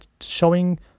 showing